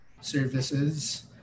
services